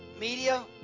media